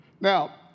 Now